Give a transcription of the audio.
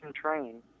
train